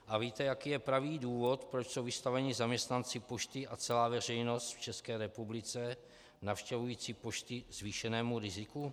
A víte, jaký je pravý důvod, proč jsou vystaveni zaměstnanci pošty a celá veřejnost v České republice navštěvující pošty zvýšenému riziku?